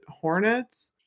hornets